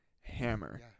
hammer